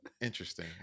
Interesting